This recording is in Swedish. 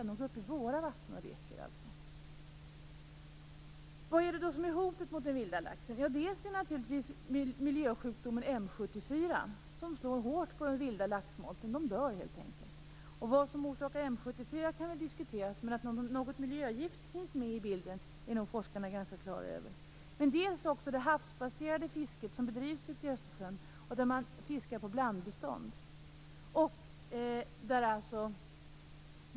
De går alltså upp i våra vatten och leker. Vilka hot mot den vilda laxen finns då? Miljösjukdomen M 74 slår hårt mot den vilda laxsmolten. De dör, helt enkelt. Vad som orsakar M 74 kan väl diskuteras. Att något miljögift finns med i bilden är forskarna dock ganska klara över. Ett annat hot är det havsbaserade fisket som bedrivs i Östersjön, där man fiskar på blandbestånd.